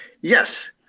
Yes